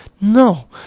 No